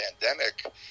pandemic